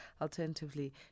Alternatively